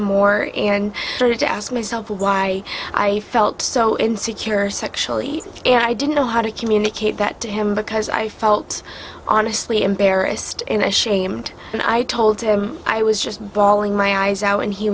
order to ask myself why i felt so insecure sexually and i didn't know how to communicate that to him because i felt honestly embarrassed and ashamed and i told him i was just bawling my eyes out and he